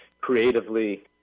creatively